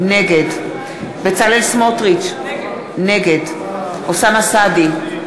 נגד בצלאל סמוטריץ, נגד אוסאמה סעדי,